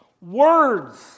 Words